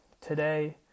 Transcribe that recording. Today